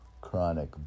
chronic